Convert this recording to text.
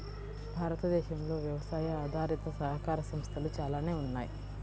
భారతదేశంలో వ్యవసాయ ఆధారిత సహకార సంస్థలు చాలానే ఉన్నాయి